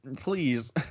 please